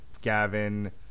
Gavin